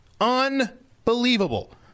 Unbelievable